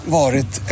varit